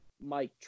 Mike